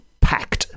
packed